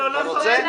אתה רוצה?